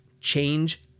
change